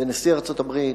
ונשיא ארצות-הברית,